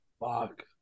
Fuck